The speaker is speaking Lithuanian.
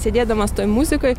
sėdėdamas toj muzikoj